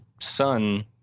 son